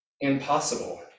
impossible